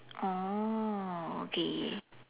oh okay